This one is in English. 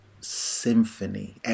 symphony